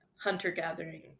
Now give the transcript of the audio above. hunter-gathering